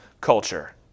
culture